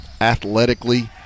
athletically